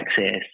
access